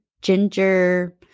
ginger